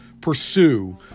pursue